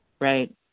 Right